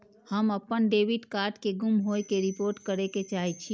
हम अपन debit card के गुम होय के रिपोर्ट करे के चाहि छी